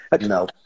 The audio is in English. No